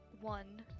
one